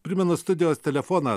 primena studijos telefoną